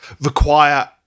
require